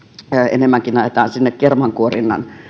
enemmänkin ajetaan sinne kermankuorinnan